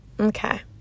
Okay